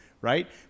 right